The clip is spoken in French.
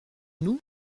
nous